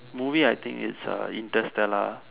movie I think it's uh interstellar